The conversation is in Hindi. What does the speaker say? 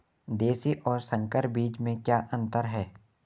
देशी और संकर बीज में क्या अंतर है?